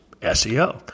SEO